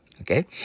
Okay